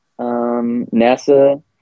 NASA